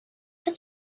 for